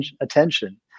attention